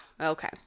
okay